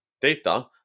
data